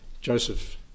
Joseph